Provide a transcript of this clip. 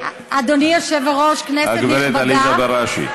אדוני היושב-ראש, כנסת נכבדה, הגב' עליזה בראשי.